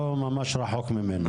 לא ממש רחוק ממנו.